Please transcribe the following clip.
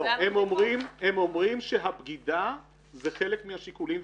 הם אומרים שהבגידה היא חלק מהשיקולים.